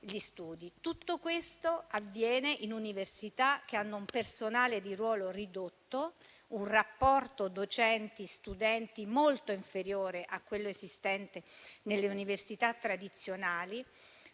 Tutto questo avviene in università che hanno un personale di ruolo ridotto, un rapporto docenti-studenti molto inferiore a quello esistente nelle università tradizionali,